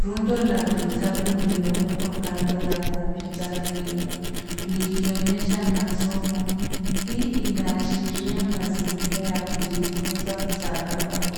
Rundo la vitabu limemewekwa kando ya kompyuta hio likionyesha masomo . Hii inaashiria mazingira ya kujifunza mtandaoni.